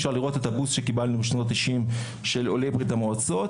אפשר לראות את הבוסט שקיבלנו בשנות ה 90 מעולי ברית המועצות,